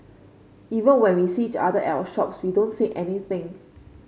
even when we see each other at our shops we don't say anything